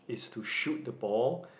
is to shoot the ball